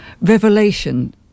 revelation